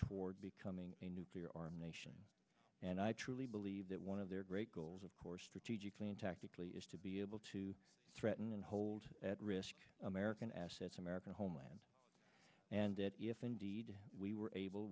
toward becoming a nuclear armed nation and i truly believe that one of their great goals of course strategically and tactically is to be able to threaten and hold at risk american assets american homeland and that if indeed we were able